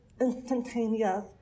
instantaneous